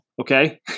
Okay